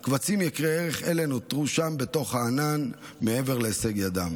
קבצים יקרי ערך אלו נותרו שם בתוך הענן מעבר להישג ידם.